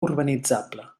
urbanitzable